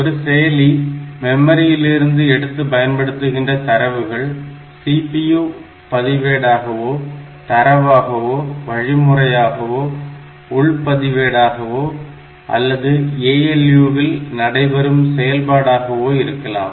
ஒரு செயலி மெமரியிலிருந்து எடுத்து பயன்படுத்துகின்ற தரவுகள் CPU பதிவேடாகவோ தரவாகவோ வழிமுறையாகவோ உள் பதிவேடாகவோ அல்லது ALU வில் நடைபெறும் செயல்பாடாகவோ இருக்கலாம்